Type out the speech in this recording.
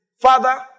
Father